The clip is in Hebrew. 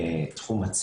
כמו שאנחנו רגילים.